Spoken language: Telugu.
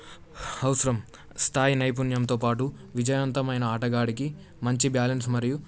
అవసరం స్థాయి నైపుణ్యంతో పాటు విజయవంతమైన ఆటగాడికి మంచి బ్యాలెన్స్ మరియు